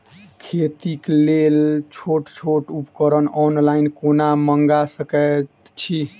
खेतीक लेल छोट छोट उपकरण ऑनलाइन कोना मंगा सकैत छी?